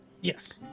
Yes